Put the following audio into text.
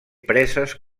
preses